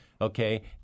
okay